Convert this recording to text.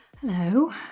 hello